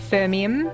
Fermium